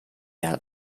out